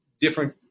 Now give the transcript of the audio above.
different